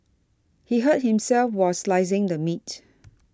he hurt himself while slicing the meat